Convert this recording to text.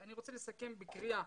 אני רוצה לסכם בקריאה